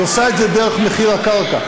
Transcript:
היא עושה את זה דרך מחיר הקרקע.